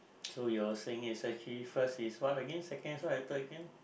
so you are saying actually first is what again second is what and third again